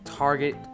target